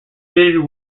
fitted